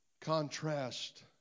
contrast